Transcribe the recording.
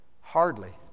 hardly